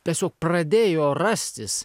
tiesiog pradėjo rastis